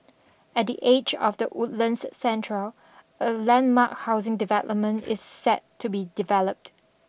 at the edge of the Woodlands Central a landmark housing development is set to be developed